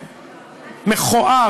מכוער,